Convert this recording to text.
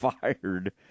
fired –